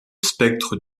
spectre